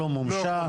לא מומשה.